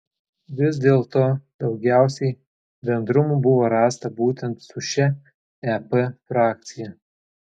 vis dėlto daugiausiai bendrumų buvo rasta būtent su šia ep frakcija